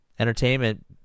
Entertainment